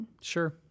Sure